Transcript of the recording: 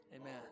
Amen